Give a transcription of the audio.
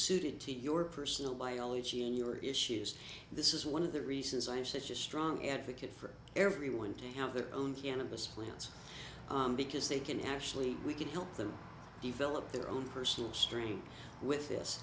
suited to your personal biology in your issues this is one of the reasons i'm such a strong advocate for everyone to have their own cannabis plants because they can actually we can help them develop their own personal strength with